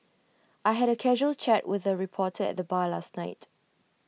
I had A casual chat with A reporter at the bar last night